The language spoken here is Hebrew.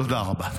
תודה רבה.